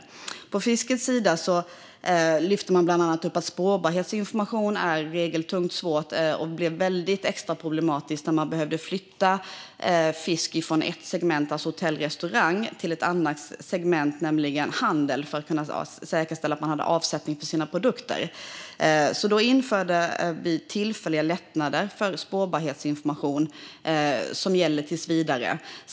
På specifikt fiskets sida lyfte man bland annat upp att spårbarhetsinformation är regeltungt och svårt och att det blev extra problematiskt när man behövde flytta fisk från ett segment, alltså hotell och restaurang, till ett annat segment, nämligen handel, för att kunna säkerställa att man hade avsättning för sina produkter. Därför införde vi tillfälliga lättnader för spårbarhetsinformation, vilket gäller tills vidare.